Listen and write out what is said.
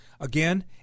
Again